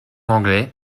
anglais